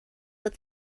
but